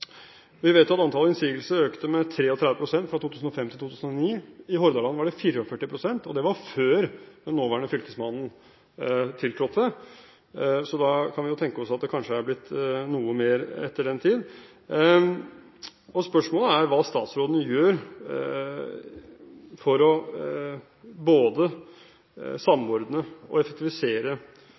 Vi vet at antallet innsigelser økte med 33 pst. fra 2005 til 2009. I Hordaland var det 44 pst., og det var før den nåværende fylkesmannen tiltrådte, så da kan vi tenke oss at det kanskje er blitt noe mer etter den tid. Spørsmålet er hva statsråden gjør for å samordne og effektivisere